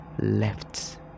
left